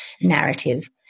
narrative